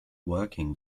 working